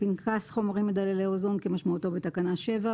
פנקס חומרים מדללי אוזון כמשמעותו בתקנה 7,